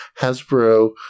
Hasbro